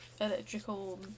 electrical